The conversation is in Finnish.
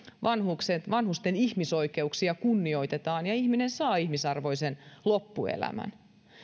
vanhusten ihmisoikeuksia kunnioitetaan ja ihminen saa ihmisarvoisen loppuelämän